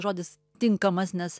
žodis tinkamas nes